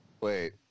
Wait